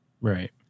Right